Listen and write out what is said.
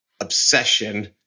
obsession